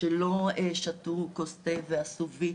שלא שתו כוס תה ועשו וי,